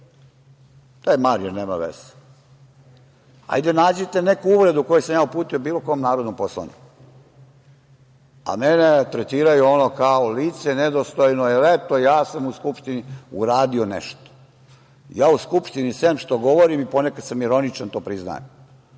To je Marijan, nema veze. Hajde nađite neku uvredu koju sam ja uputio bilo kom narodnom poslaniku, a mene tretiraju kao lice nedostojno, jer ja sam u Skupštini uradio nešto. Ja u Skupštini, sem što govorim, ponekad sam ironičan, to priznajem,